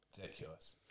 ridiculous